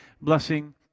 blessing